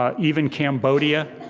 ah even cambodia.